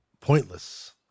pointless